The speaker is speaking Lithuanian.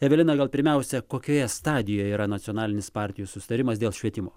evelina gal pirmiausia kokioje stadijoje yra nacionalinis partijų susitarimas dėl švietimo